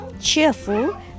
cheerful